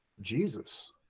Jesus